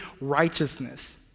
righteousness